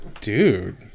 Dude